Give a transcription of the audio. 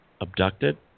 abducted